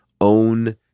own